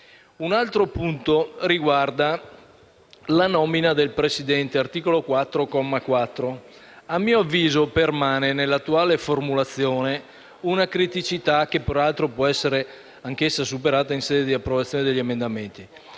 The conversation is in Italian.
Un altro punto riguarda la nomina del presidente (articolo 4, comma 4). A mio avviso, nell'attuale formulazione permane una criticità che, peraltro, può essere anch'essa superata in sede di approvazione degli emendamenti.